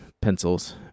pencils